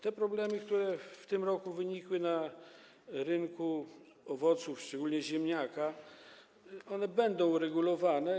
Te problemy, które w tym roku wynikły na rynku owoców i warzyw, szczególnie ziemniaka, będą uregulowane.